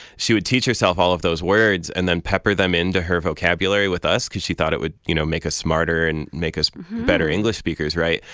she would teach herself all of those words, and then pepper them into her vocabulary with us because she thought it would, you know, make us smarter and make us better english speakers, right?